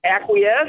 acquiesce